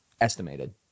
Estimated